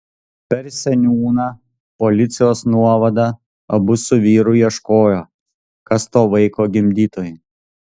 per seniūną policijos nuovadą abu su vyru ieškojo kas to vaiko gimdytojai